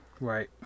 Right